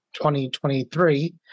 2023